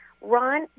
Ron